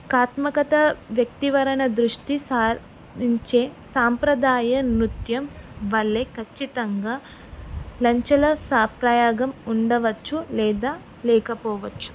కళాత్మకత వ్యక్తీకరణ దృష్టి సారించే సాంప్రదాయ నృత్యం వల్లే ఖచ్చితంగా లంచల సాంప్రదాయం ఉండవచ్చు లేదా లేకపోవచ్చు